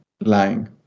lying